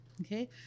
Okay